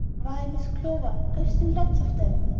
why, miss clover, i have seen lots of them.